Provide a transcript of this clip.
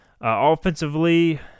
offensively